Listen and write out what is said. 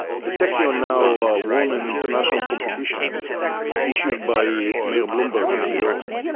the technion now won an international competition issued by mayor bloomberg of new york.